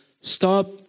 Stop